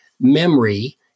memory